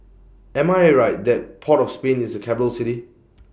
Am I Right that Port of Spain IS A Capital City